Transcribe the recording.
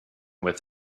with